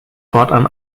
fortan